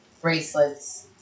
bracelets